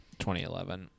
2011